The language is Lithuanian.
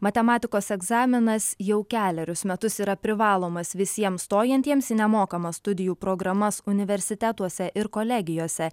matematikos egzaminas jau kelerius metus yra privalomas visiems stojantiems į nemokamas studijų programas universitetuose ir kolegijose